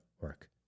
work